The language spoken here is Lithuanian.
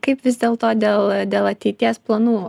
kaip vis dėl to dėl dėl ateities planų